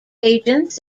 agents